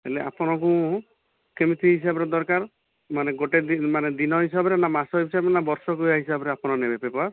ହେଲେ ଆପଣଙ୍କୁ କେମିତି ହିସାବରେ ଦରକାର ମାନେ ଗୋଟେ ଦିନ ମାନେ ଦିନ ହିସାବରେ ନା ମାସ ହିସାବରେ ନା ବର୍ଷକରେ ହିସାବରେ ଆପଣ ନେବେ ପେପର୍